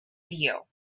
view